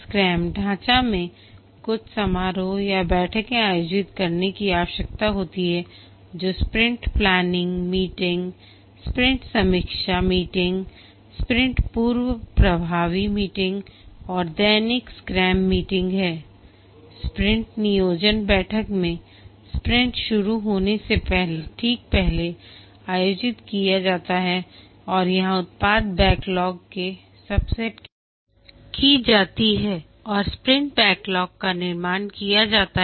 scrum ढांचा में कुछ समारोह या बैठकें आयोजित करने की आवश्यकता होती है जो स्प्रिंट प्लानिंग मीटिंग स्प्रिंट समीक्षा मीटिंग स्प्रिंट पूर्वप्रभावी मीटिंग और दैनिक स्क्रैम मीटिंग है स्प्रिंट नियोजन बैठक में स्प्रिंट शुरू होने से ठीक पहले आयोजित किया जाता है और यहां उत्पाद बैकलॉग के सबसेट की पहचान की जाती है और स्प्रिंट बैकलॉग का निर्माण किया जाता है